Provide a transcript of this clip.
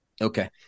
Okay